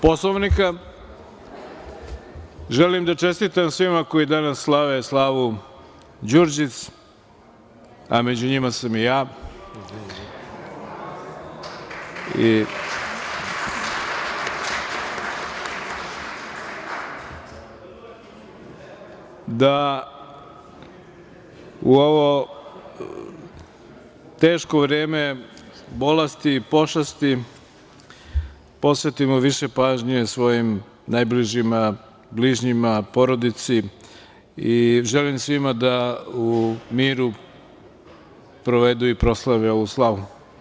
Poslovnika, želim da čestitam svima koji danas slave slavu Đurđic, a među njima sam i ja i da u ovo teško vreme bolesti, pošasti, posvetimo više pažnje svojim najbližima, bližnjima, porodici i želim svima da u miru provedu i proslave ovu slavu.